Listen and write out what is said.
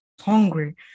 hungry